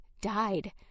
died